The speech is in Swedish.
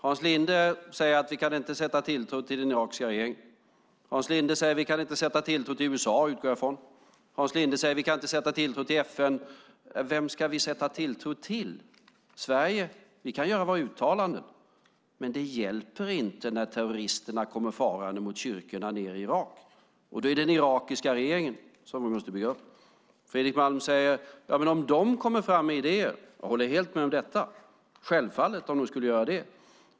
Hans Linde säger att vi inte kan sätta tilltro till den irakiska regeringen. Hans Linde säger att vi inte kan sätta tilltro till USA, utgår jag ifrån. Hans Linde säger att vi inte kan sätta tilltro till FN. Vem ska vi sätta tilltro till? I Sverige kan vi göra uttalanden, men det hjälper inte när terroristerna kommer farande mot kyrkorna nere i Irak. Då är det den irakiska regeringen som man måste bygga upp. Fredrik Malm säger: Ja, men om de kommer fram med idéer. Jag håller helt med om detta, självfallet, om de skulle göra det.